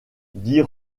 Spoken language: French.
dit